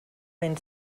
ben